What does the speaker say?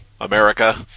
america